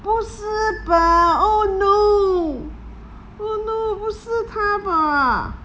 不是吧 oh no oh no 不是她吧